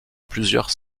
plusieurs